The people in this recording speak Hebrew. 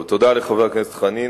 תודה לחבר הכנסת חנין.